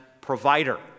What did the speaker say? provider